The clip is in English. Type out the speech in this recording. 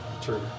True